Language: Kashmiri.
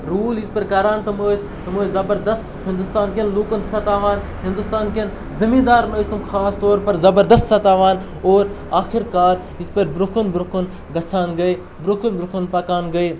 روٗل یِژ پھِر کَران تم ٲسۍ تم ٲسۍ زَبَردَس ہِندوستانکٮ۪ن لوٗکَن سَتاوان ہِندوستانکٮ۪ن زٔمیٖندارَن ٲسۍ تم خاص طور پَر زَبَردَس سَتاوان اور آخِر کار یِژ پھِر برونٛہہ کُن برونٛہہ کُن گژھان گٔے برونٛہ کُن برونٛہہ کُن پَکان گٔے